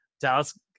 Dallas